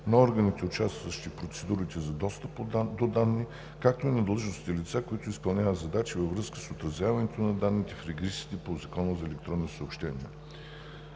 на органите, участващи в процедурите за достъп до данни, както и на длъжностните лица, които изпълняват задачи във връзка с отразяването на данните в регистрите по Закона за електронните съобщения.